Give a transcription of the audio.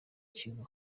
kigo